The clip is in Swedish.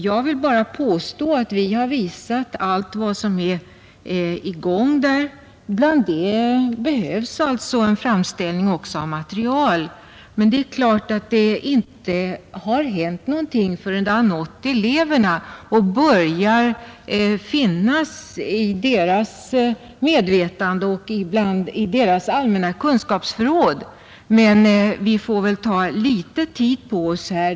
Jag vill bara påstå att utskottet har visat allt vad som är i gång på detta område. Det behövs också framställning av material, men det är givet att det inte hänt något förrän den internationaliserade undervisningen har nått eleverna i deras medvetande och påverkar deras allmänna kunskapsförråd. Men vi får väl ta litet tid på oss.